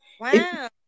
Wow